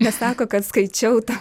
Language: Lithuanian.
nesako kad skaičiau tą